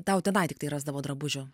tau tenai tiktai rasdavo drabužių